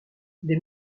des